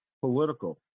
political